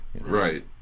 Right